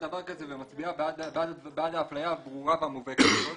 דבר כזה ומצביעה בעד האפליה הברורה והמובהקת הזאת.